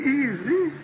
easy